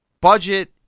budget